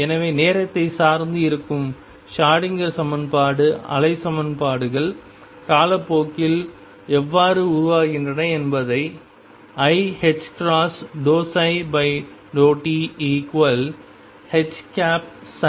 எனவே நேரத்தை சார்ந்து இருக்கும் ஷ்ரோடிங்கர் சமன்பாடு அலை செயல்பாடுகள் காலப்போக்கில் எவ்வாறு உருவாகின்றன என்பதை iℏ∂ψ∂tH உங்களுக்குக் கூறுகிறது